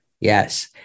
Yes